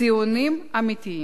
ציונים אמיתיים.